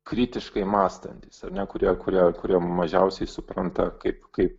kritiškai mąstantys ar ne kurie kurie kurie mažiausiai supranta kaip kaip